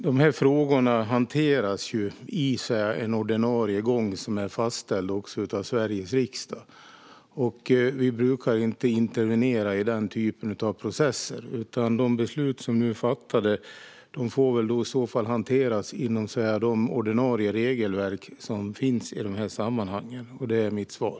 Herr talman! De här frågorna hanteras enligt ordinarie gång som är fastställd av Sveriges riksdag. Vi brukar inte intervenera i den typen av processer, utan de beslut som nu är fattade får hanteras enligt de ordinarie regelverk som finns i sammanhanget. Det är mitt svar.